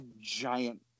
giant